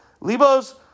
Lebo's